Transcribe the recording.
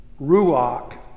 ruach